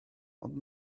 ond